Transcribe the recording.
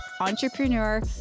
entrepreneur